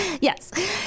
Yes